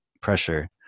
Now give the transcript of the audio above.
pressure